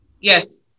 Yes